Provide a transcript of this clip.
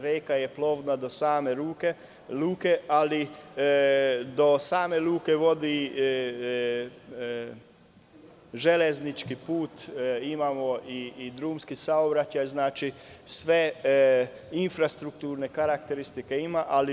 Reka je plovna do same luke, ali do same luke vodi železnički put, a imamo i drumski saobraćaj, znači, sve infrastrukturne karakteristike imamo.